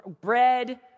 bread